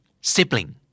sibling